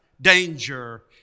danger